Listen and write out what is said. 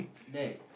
next